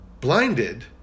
Blinded